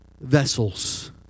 vessels